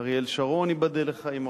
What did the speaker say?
אריאל שרון, ייבדל לחיים ארוכים.